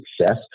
success